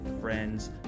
friends